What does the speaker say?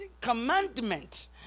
commandment